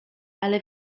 ale